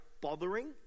bothering